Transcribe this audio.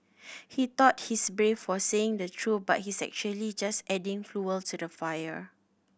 he thought he's brave for saying the truth but he's actually just adding fuel to the fire